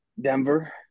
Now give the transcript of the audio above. Denver